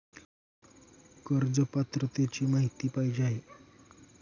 कर्ज पात्रतेची माहिती पाहिजे आहे?